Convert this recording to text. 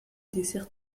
dessert